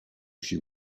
she